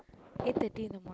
eight thirty in the morning